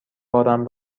بارم